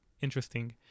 interesting